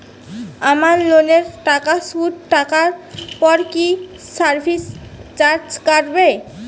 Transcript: আমার লোনের টাকার সুদ কাটারপর কি সার্ভিস চার্জও কাটবে?